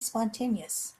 spontaneous